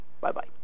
Bye-bye